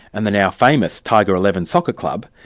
and the now famous tiger eleven soccer club,